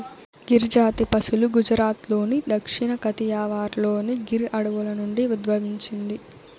గిర్ జాతి పసులు గుజరాత్లోని దక్షిణ కతియావార్లోని గిర్ అడవుల నుండి ఉద్భవించింది